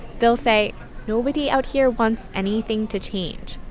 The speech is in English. they'll say nobody out here wants anything to change.